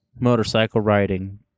motorcycle-riding